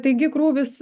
taigi krūvis